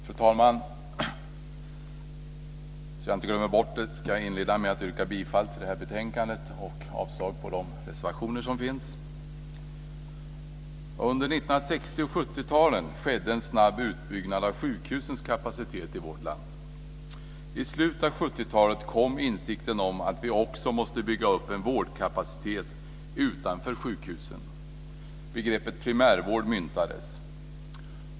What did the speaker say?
Fru talman! För att inte glömma bort det börjar jag med att yrka bifall till hemställan i betänkandet och avslag på reservationerna. Under 60 och 70-talen skedde en snabb utbyggnad av sjukhusens kapacitet i vårt land. I slutet av 70 talet kom insikten om att vi också måste bygga upp en vårdkapacitet utanför sjukhusen. Begreppet primärvård myntades.